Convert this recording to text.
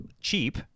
cheap